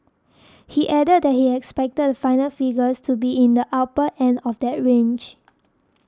he added that he expected the final figures to be in the upper end of that range